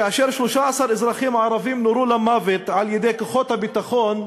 כאשר 13 אזרחים ערבים נורו למוות על-ידי כוחות הביטחון,